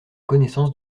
connaissance